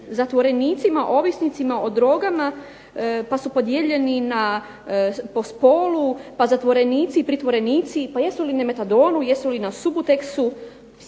zatvorenicima ovisnicima o drogama pa su podijeljeni po spolu, pa zatvorenici, pritvorenici pa jesu li na metadonu, jesu li na subotexu.